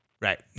Right